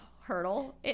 hurdle